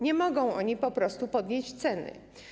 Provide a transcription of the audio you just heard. Nie mogą oni po prostu podnieść ceny.